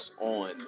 on